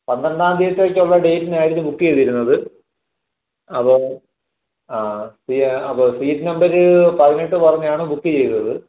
പന്ത്രണ്ടാം തീയതി കഴിഞ്ഞിട്ടുള്ള ഡേറ്റിനായിരുന്നു ബുക്ക് ചെയ്തിരുന്നത് അപ്പോൾ ആ സീ അപ്പോൾ സീറ്റ് നമ്പർ പതിനെട്ട് പറഞ്ഞാണ് ബുക്ക് ചെയ്തത്